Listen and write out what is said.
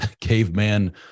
caveman